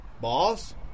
Boss